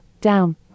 down